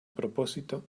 propósito